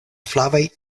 flavaj